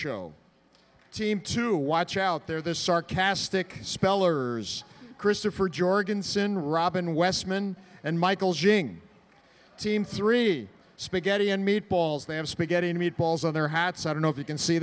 show team to watch out there this sarcastic spellers christopher jorgensen robin westman and michael j team three spaghetti and meatballs they have spaghetti and meatballs on their hats i don't know if you can see